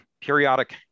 periodic